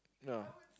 no